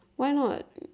why not